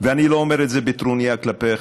ואני לא אומר את זה בטרוניה כלפיך,